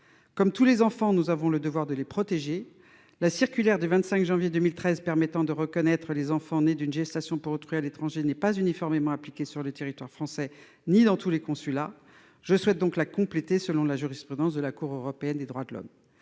Comme tous les enfants, nous avons le devoir de les protéger. La circulaire du 25 janvier 2013 permettant de reconnaître les enfants nés d'une gestation pour autrui à l'étranger n'est pas uniformément appliquée sur le territoire français, ni dans tous les consulats. Je souhaite donc la compléter selon la jurisprudence de la Cour européenne des droits de l'homme.